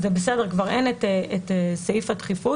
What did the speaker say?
זה בסדר, כבר אין את סעיף הדחיפות.